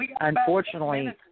unfortunately